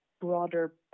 broader